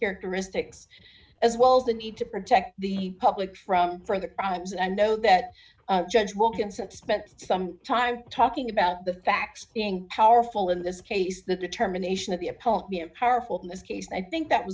characteristics as well as the need to protect the public from for the crimes i know that judge wilkinson spent some time talking about the facts being powerful in this case the determination of the opponent powerful in this case i think that